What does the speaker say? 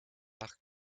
nach